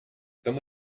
tomu